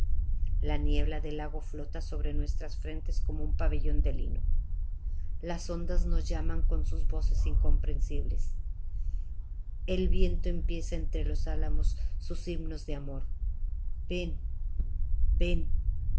la niebla del lago flota sobre nuestras frentes como un pabellón de lino las ondas nos llaman con sus voces incomprensibles el viento empieza entre los álamos sus himnos de amor ven ven